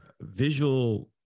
visual